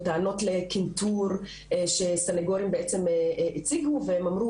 טענות לקינטור שסנגורים הציגו והם אמרו